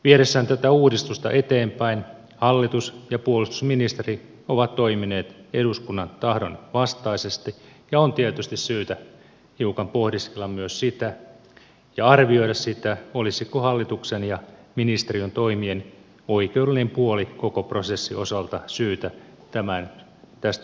viedessään tätä uudistusta eteenpäin hallitus ja puolustusministeri ovat toimineet eduskunnan tahdon vastaisesti ja on tietysti syytä hiukan pohdiskella myös sitä ja arvioida sitä olisiko hallituksen ja ministeriön toimien oikeudellinen puoli koko prosessin osalta syytä tästä syystä tarkistaa